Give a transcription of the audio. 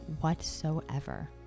whatsoever